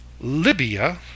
Libya